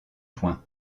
point